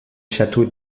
chateau